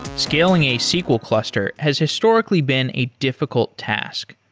scaling a sql cluster has historically been a difficult task.